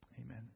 Amen